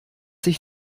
sich